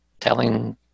telling